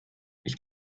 ich